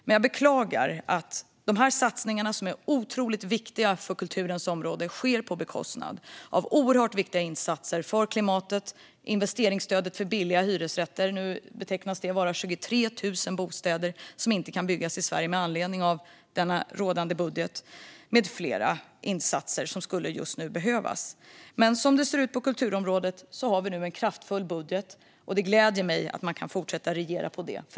Men jag beklagar att de satsningar som är otroligt viktiga för kulturens område sker på bekostnad av oerhört viktiga insatser för klimatet och investeringsstödet för billiga hyresrätter. Det beräknas att 23 000 bostäder inte kan byggas i Sverige med anledning av rådande budget, och det gäller också flera insatser som skulle behövas just nu. Som det ser ut på kulturområdet har vi nu en kraftfull budget. Det gläder mig att man kan fortsätta att regera på det.